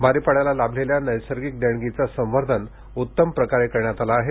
बारीपाड्याला लाभलेल्या नैसर्गिक देणगीचे सवर्धन उत्तम प्रकारे करण्यात आलं आहे